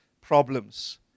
problems